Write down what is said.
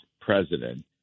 president